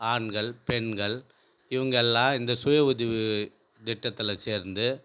ஆண்கள் பெண்கள் இவங்க எல்லாம் இந்த சுய உதவி திட்டத்தில் சேர்ந்து